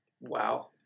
wow